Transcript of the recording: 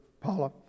Paula